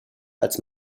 als